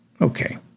Okay